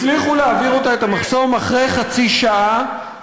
הצליחו להעביר אותה את המחסום אחרי חצי שעה,